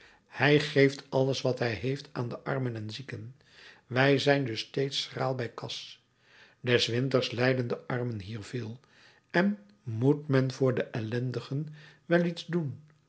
hij geeft alles wat hij heeft aan de armen en zieken wij zijn dus steeds schraal bij kas des winters lijden de armen hier veel en moet men voor de ellendigen wel iets doen